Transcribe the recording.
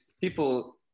people